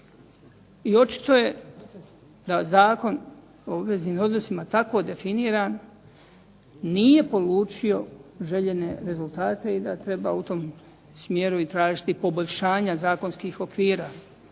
I očito je da Zakon o obveznim odnosima tako definiran nije polučio željene rezultate i da treba u tom smjeru i tražiti poboljšanja zakonskih okvira.